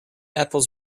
apples